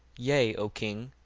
yea, o king,